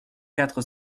quatre